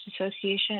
Association